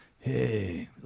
hey